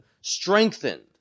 strengthened